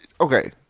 okay